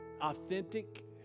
authentic